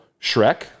Shrek